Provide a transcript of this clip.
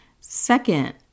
Second